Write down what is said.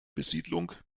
besiedlung